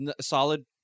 solid